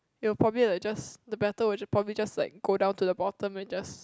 it will probably like just the batter will j~ probably just like go down to the bottom and just